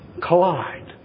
collide